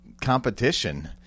competition